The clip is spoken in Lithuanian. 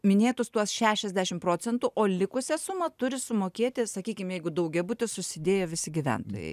minėtus tuos šešiasdešim procentų o likusią sumą turi sumokėti sakykim jeigu daugiabutis susidėję visi gyventojai